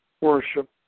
worship